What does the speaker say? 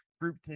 group